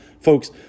Folks